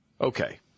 Okay